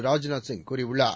ராஜ்நாத் சிங் கூறியுள்ளார்